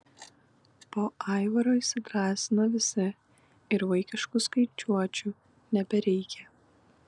po aivaro įsidrąsina visi ir vaikiškų skaičiuočių nebereikia